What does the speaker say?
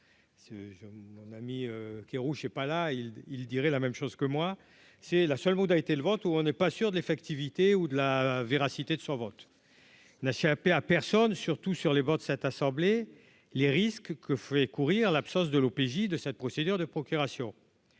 qui est rouge, c'est pas là il il dirait la même chose que moi, c'est la seule été le Ventoux, on n'est pas sûr de l'effectivité ou de la véracité de ce vote là paix à personne, surtout sur les bancs de cette assemblée, les risques que fait courir l'absence de l'OPJ de cette procédure de procuration